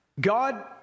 God